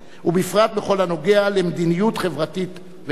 ובפרט בכל הנוגע למדיניות חברתית ואזרחית.